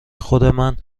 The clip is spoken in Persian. خودمن